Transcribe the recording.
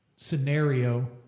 scenario